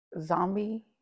zombie